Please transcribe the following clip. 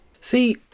See